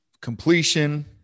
completion